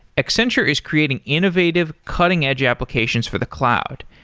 accenture is creating innovative, cutting edge applications for the cloud,